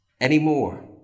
anymore